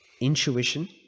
intuition